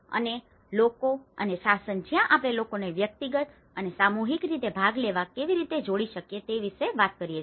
અને લોકો અને શાસન જ્યાં આપણે લોકોને વ્યક્તિગત અને સામૂહિક રીતે ભાગ લેવા કેવી રીતે જોડી શકીએ તે વિશે વાત કરીએ છીએ